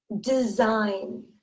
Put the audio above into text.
design